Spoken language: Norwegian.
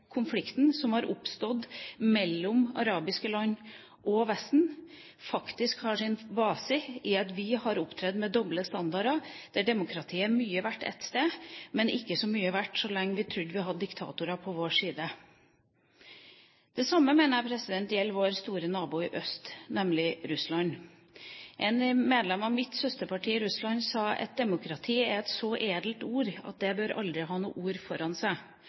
konflikten som har oppstått mellom arabiske land og Vesten, faktisk har sin base i at vi har opptrådt med doble standarder: Demokratiet er mye verdt ett sted, men ikke så mye verdt så lenge vi trodde vi hadde diktatorene på vår side. Det samme mener jeg gjelder vår store nabo i øst, nemlig Russland. Et medlem i mitt søsterparti i Russland sa at «demokrati» er et så edelt ord at det bør aldri ha noe ord foran seg.